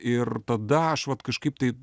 ir tada aš vat kažkaip tai